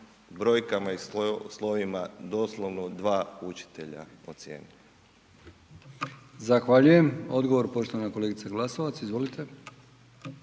brojkama i slovima doslovno dva učitelja ocijenili. **Brkić, Milijan (HDZ)** Zahvaljujem. Odgovor poštovana kolegice Glasova, izvolite.